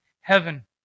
heaven